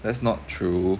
that's not true